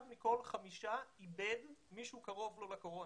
אחד מכל חמישה איבד מישהו קרוב לו בגלל הקורונה.